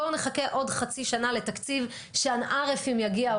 בואו נחכה עוד חצי שנה לתקציב שאנא עארף אם יגיע,